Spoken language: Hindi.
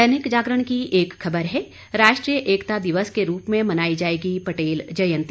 दैनिक जागरण की एक खबर है राष्ट्रीय एकता दिवस के रूप में मनाई जाएगी पटेल जयंती